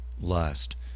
lust